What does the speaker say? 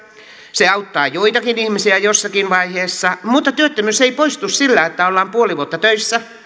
se auttaa joitakin ihmisiä jossakin vaiheessa mutta työttömyys ei poistu sillä että ollaan puoli vuotta töissä